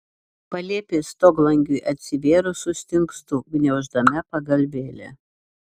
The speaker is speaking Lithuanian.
palėpės stoglangiui atsivėrus sustingstu gniauždama pagalvėlę